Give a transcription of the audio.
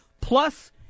plus